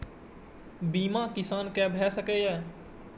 बीमा किसान कै भ सके ये?